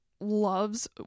loves